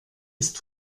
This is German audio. ist